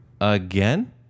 again